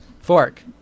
fork